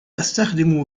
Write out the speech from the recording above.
أستخدم